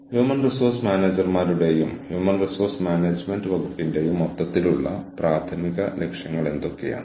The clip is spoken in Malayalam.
ലിമിനൽ സ്പേസ് എന്നത് ജീവനക്കാർക്ക് അവരുടെ ഓർഗനൈസേഷനുകൾക്കും അവരുടെ ക്ലയന്റുകൾക്കും ഉള്ള കണക്ഷൻ തമ്മിലുള്ള ഇടത്തെ സൂചിപ്പിക്കുന്നു